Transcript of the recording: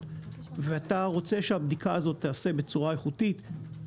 ואתה רוצה שהבדיקה הזאת תיעשה בצורה איכותית,